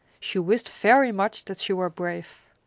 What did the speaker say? she wished very much that she were brave.